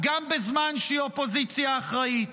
כשאתם רואים את ההצלחות אחת-אחת,